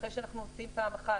אחרי שאנחנו מוציאים פעם אחת